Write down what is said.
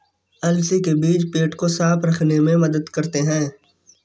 अलसी के बीज पेट को साफ़ रखने में मदद करते है